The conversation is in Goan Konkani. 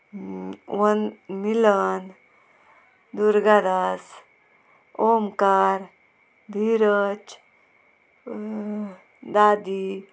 वन मिलन दुर्गादास ओमकार धिरज दादी